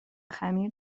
خمیر